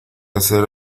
hacer